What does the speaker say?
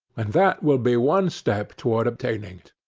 and that will be one step toward obtaining it.